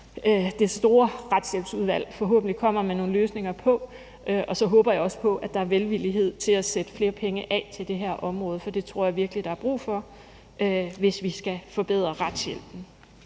det store retshjælpsudvalg forhåbentlig kommer med nogle løsninger på, og jeg håber så også på, at der er velvillighed til at sætte flere penge af til det her område. For det tror jeg virkelig der er brug for, hvis vi skal forbedre retshjælpen.